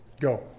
Go